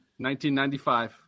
1995